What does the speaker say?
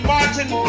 Martin